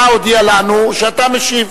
אני לא הממשלה הודיעה לנו שאתה משיב.